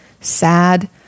sad